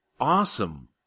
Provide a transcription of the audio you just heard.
awesome